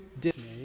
Disney